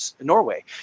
Norway